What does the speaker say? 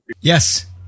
Yes